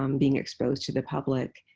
um being exposed to the public,